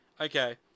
Okay